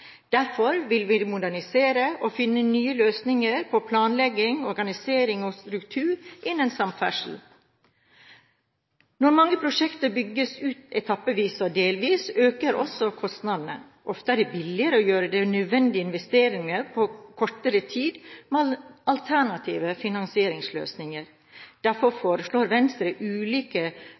Derfor vil vi modernisere og finne nye løsninger på planlegging, organisering og struktur innen samferdsel. Når mange prosjekter bygges ut etappevis og delvis, øker også kostnadene. Ofte er det billigere å gjøre nødvendige investeringer på kortere tid, med alternative finansieringsløsninger. Derfor foreslår Venstre ulike